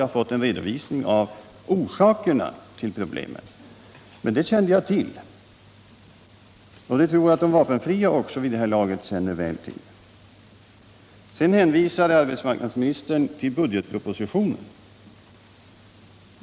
Jag har fått en redovisning för orsakerna till problemen, men dessa kände jag till, och jag tror att också de vapenfria vid det här laget väl känner till dem. Arbetsmarknadsministern hänvisade sedan till budgetpropositionen.